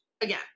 again